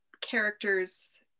characters